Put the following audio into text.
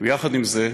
ויחד עם זה,